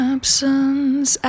Absence